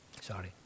Sorry